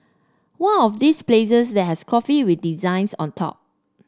one of this places that has coffee with designs on top